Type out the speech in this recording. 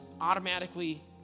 automatically